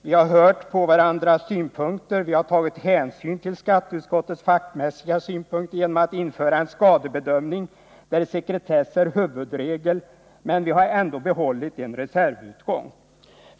Vi har noterat varandras åsikter och tagit hänsyn till skatteutskottets fackmässiga synpunkter genom att införa en skadebedömning där sekretess är huvudregel. Vi har dock behållit en reservutgång.